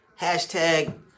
hashtag